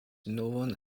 novan